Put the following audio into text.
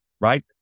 right